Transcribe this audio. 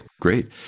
great